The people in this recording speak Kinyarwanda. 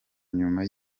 nyuma